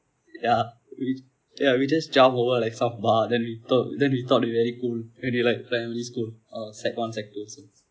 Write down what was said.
ya ya we just jump over like some bar then we tho~ then we thought we very cool when we like primary school or sec one sec two